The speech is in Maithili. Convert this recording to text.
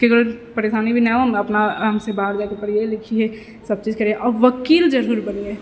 ककरो परेशानी भी न हो हम अपना आराम सँ बाहर जाके पढ़ियै लिखियै सब चीज करियै आओर वकील जरूर बनियै